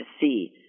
see